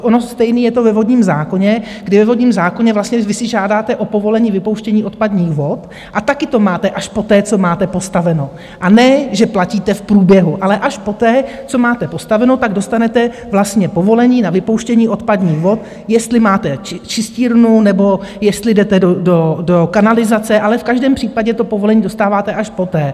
Ono stejné je to ve vodním zákoně, kdy ve vodním zákoně vlastně vy si žádáte o povolení vypouštění odpadních vod a taky to máte až poté, co máte postaveno, a ne že platíte v průběhu, ale až poté, co máte postaveno, dostanete povolení na vypouštění odpadních vod, jestli máte čistírnu, nebo jestli jdete do kanalizace, ale v každém případě povolení dostáváte až poté.